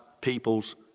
peoples